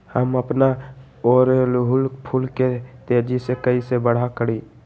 हम अपना ओरहूल फूल के तेजी से कई से बड़ा करी?